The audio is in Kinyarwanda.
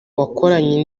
wakoranye